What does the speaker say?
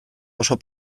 oso